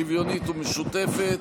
שוויונית ומשותפת,